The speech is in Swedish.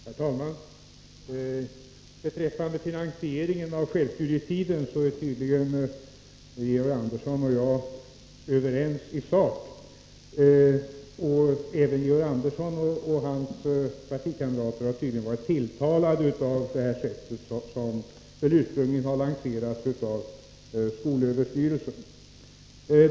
Herr talman! Beträffande finansieringen av självstudietiden är tydligen Georg Andersson och jag överens i sak. Även Georg Andersson och hans partikamrater har uppenbarligen varit tilltalade av det sätt på vilket förslaget ursprungligen lanserades av skolöverstyrelsen.